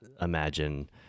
imagine